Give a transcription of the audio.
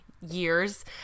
years